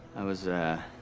i was, ah,